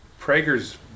Prager's